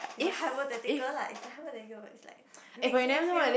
it's a hypothetical lah it's a hypothetical but it's like makes me feel